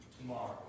tomorrow